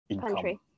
country